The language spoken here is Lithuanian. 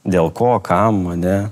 dėl ko kam ane